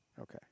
Okay